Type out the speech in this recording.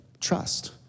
trust